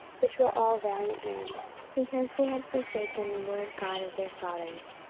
which were all valiant men because they had forsaken the lord god of their fathers.